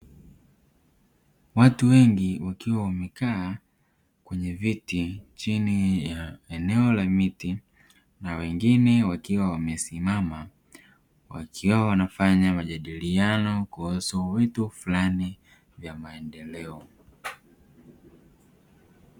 Watu wengi wakiwa wamekaa kwenye viti chini ya eneo la miti na wengine wakiwa wamesimama, wakiwa wanafanya majidiliano kuhusu vitu fulani vya maendeleo.